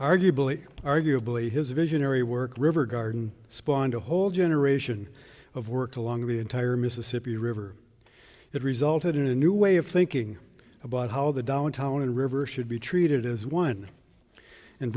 arguably arguably his visionary work river garden spawned a whole generation of work along the entire mississippi river that resulted in a new way of thinking about how the downtown river should be treated as one and